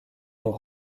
nos